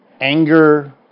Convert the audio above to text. anger